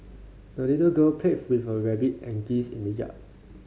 the little girl played with her rabbit and geese in the yard